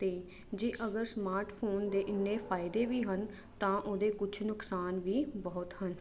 ਤੇ ਜੇ ਅਗਰ ਸਮਾਰਟਫੋਨ ਦੇ ਇੰਨੇ ਫਾਇਦੇ ਵੀ ਹਨ ਤਾਂ ਉਹਦੇ ਕੁਛ ਨੁਕਸਾਨ ਵੀ ਬਹੁਤ ਹਨ